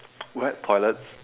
wet toilets